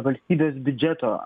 valstybės biudžeto